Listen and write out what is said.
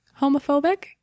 homophobic